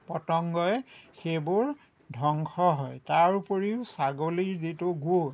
কীট পতংগই সেইবোৰ ধংস হয় তাৰোপৰিও ছাগলীৰ যিটো গু